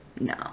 No